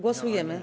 Głosujemy.